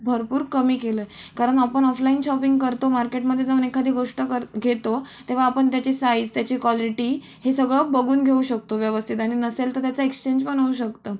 भरपूर कमी केलं कारण आपण ऑफलाइन शॉपिंग करतो मार्केटमध्ये जाऊन एखादी गोष्ट कर घेतो तेव्हा आपण त्याची साईज त्याची क्वालिटी हे सगळं बघून घेऊ शकतो व्यवस्थित आणि नसेल तर त्याचं एक्स्चेंज पण होऊ शकतं